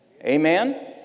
Amen